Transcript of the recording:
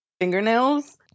fingernails